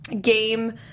game